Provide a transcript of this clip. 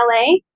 LA